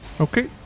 Okay